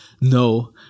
no